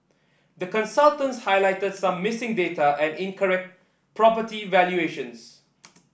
the consultants highlighted some missing data and incorrect property valuations